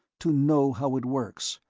to know how it works,